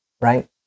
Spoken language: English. Right